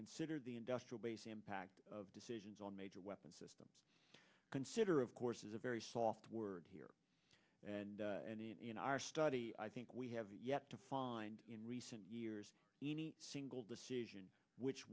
consider the industrial base the impact of decisions on major weapon systems consider of course is a very soft word here and in our study i think we have yet to find in recent years any single decision which